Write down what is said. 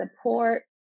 support